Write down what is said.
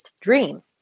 dream